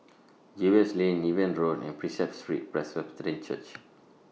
Jervois Lane Niven Road and Prinsep Street Presbyterian Church